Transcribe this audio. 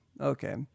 okay